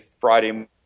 Friday